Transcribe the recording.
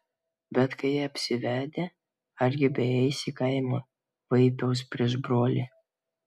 bet kai apsivedė argi beeis į kaimą vaipiaus prieš brolį